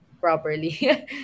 properly